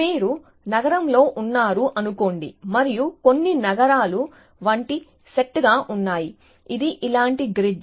మీరు నగరం లో వున్నారు అనుకొండి మరియు కొన్ని నగరాలు వంటి సెట్ గా ఉన్నాయి ఇది ఇలాంటి గ్రిడ్